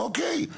אוקיי.